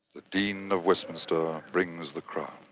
the dean of westminster brings the crown.